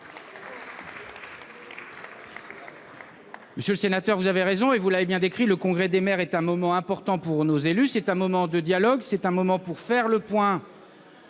Gouvernement. Vous avez raison, et vous l'avez bien décrit, le Congrès des maires est un moment important pour nos élus : c'est un moment de dialogue, un moment pour faire le point